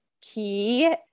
key